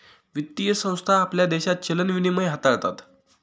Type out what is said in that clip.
वित्तीय संस्था आपल्या देशात चलन विनिमय हाताळतात